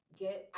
get